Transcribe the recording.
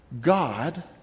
God